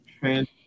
trans